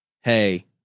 Hey